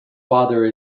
father